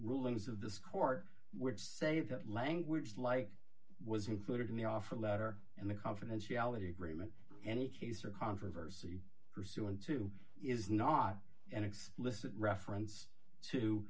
rulings of this court which say that language like was included in the offer letter and the confidentiality agreement any case or controversy pursuant to is not an explicit reference to